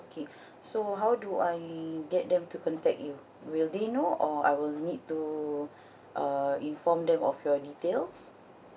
okay so how do I get them to contact you will they know or I will need to uh inform them of your details